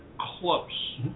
Close